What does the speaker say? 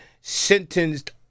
sentenced